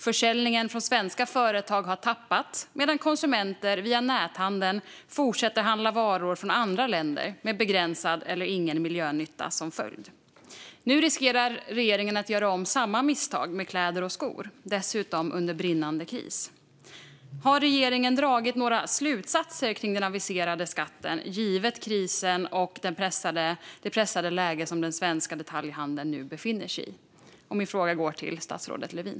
Försäljningen från svenska företag har minskat medan konsumenter via nätet fortsätter att handla varor från andra länder, med begränsad eller ingen miljönytta som följd. Nu riskerar regeringen att göra om samma misstag med kläder och skor, dessutom under brinnande kris. Har regeringen dragit några slutsatser om den aviserade skatten, givet krisen och det pressade läge som den svenska detaljhandeln nu befinner sig i? Min fråga går till statsrådet Lövin.